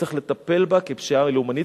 צריך לטפל בה כבפשיעה לאומנית,